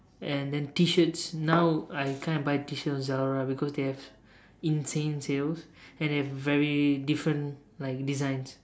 and then T-shirts now I kind of buy T-shirts from Zalora because they have insane sales and have very different like designs